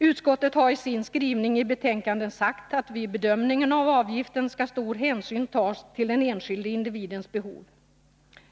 Utskottet har i sin skrivning sagt att vid bedömningen av avgiften skall stor hänsyn tas till den enskilde individens behov.